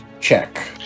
check